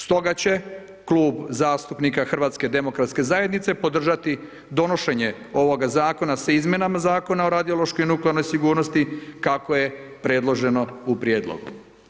Stoga će klub zastupnika HDZ-a podržati donošenje ovog Zakona s izmjenama Zakona o radiološkoj i nuklearnoj sigurnosti, kako je predloženo u prijedlogu.